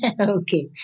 Okay